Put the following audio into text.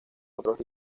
otros